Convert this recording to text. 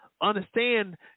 understand